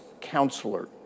counselor